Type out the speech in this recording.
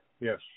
Yes